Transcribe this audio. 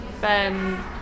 Ben